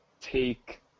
take